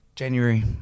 January